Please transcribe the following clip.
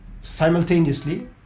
simultaneously